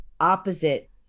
opposite